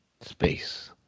Space